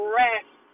rest